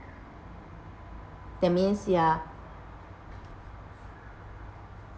that means ya